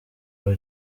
aho